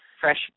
fresh